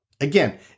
Again